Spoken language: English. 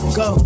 go